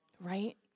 Right